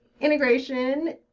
integration